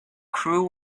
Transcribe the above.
crew